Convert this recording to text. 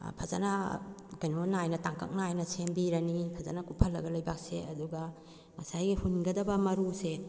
ꯐꯖꯅ ꯀꯩꯅꯣ ꯅꯥꯏꯅ ꯇꯥꯡꯀꯛ ꯅꯥꯏꯅ ꯁꯦꯝꯕꯤꯔꯅꯤ ꯐꯖꯅ ꯀꯨꯞꯐꯜꯂꯒ ꯂꯩꯕꯥꯛꯁꯦ ꯑꯗꯨꯒ ꯉꯁꯥꯏꯒꯤ ꯍꯨꯟꯒꯗꯕ ꯃꯔꯨꯁꯦ